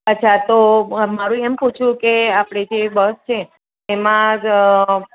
અચ્છા તો મારું એમ પૂછવું કે આપણે જે બસ છે એમાં જ